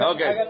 Okay